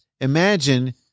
imagine